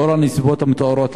לאור הנסיבות המתוארות לעיל,